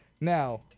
Now